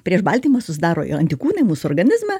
prieš baltymą susidaro jo antikūniai mūsų organizme